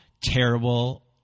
terrible